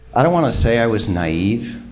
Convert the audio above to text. i don't want to say i was naive.